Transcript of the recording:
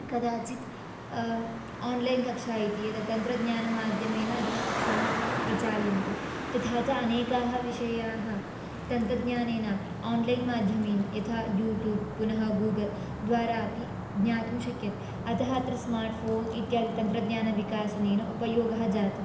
कदाचित् आन्लैन् कक्षा इति यद् तन्त्रज्ञानमाध्यमेन अधुना कक्षाः प्रचाल्यन्ते तथा च अनेकाः विषयाः तन्त्रज्ञानेन अपि आन्लैन् माध्यमेन यथा यूटूब् पुनः गूगल् द्वारा अपि ज्ञातुं शक्यते अतः अत्र स्मार्ट् फ़ोन् इत्यादि तन्त्रज्ञानविकासेन उपयोगः जातः